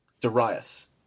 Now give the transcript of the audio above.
Darius